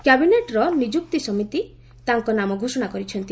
କ୍ୟାବିନେଟ୍ର ନିଯୁକ୍ତି ସମିତି ତାଙ୍କ ନାମ ଘୋଷଣା କରିଛନ୍ତି